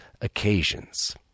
occasions